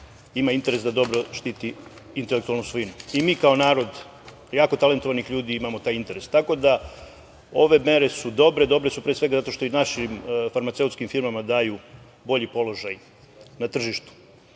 ima interes da dobro štiti intelektualnu svojinu. Mi kao narod jako talentovanih ljudi imamo taj interes, tako da ove mere su dobre. Dobre su pre svega zato što i našim farmaceutskim firmama daju bolji položaj na tržištu.Međutim,